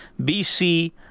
BC